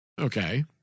okay